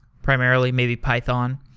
primarily maybe python.